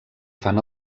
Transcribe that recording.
fan